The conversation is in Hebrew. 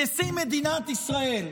נשיא מדינת ישראל,